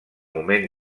moment